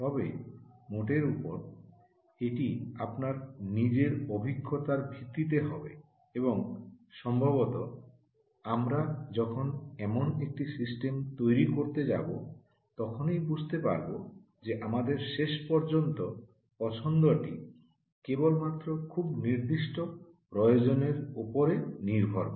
তবে মোটের উপর এটি আপনার নিজের অভিজ্ঞতার ভিত্তিতে হবে এবং সম্ভবত আমরা যখন এমন একটি সিস্টেম তৈরি করতে যাব তখনই বুঝতে পারব যে আমাদের শেষ পর্যন্ত পছন্দটি কেবলমাত্র খুব নির্দিষ্ট প্রয়োজনের উপরে নির্ভর করে